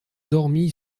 dormi